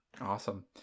Awesome